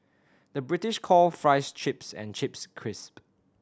the British call fries chips and chips crisp